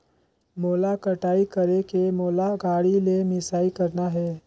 मोला कटाई करेके मोला गाड़ी ले मिसाई करना हे?